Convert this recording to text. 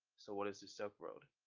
so what is the silk road?